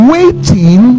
Waiting